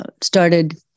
started